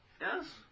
Yes